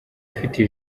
ufite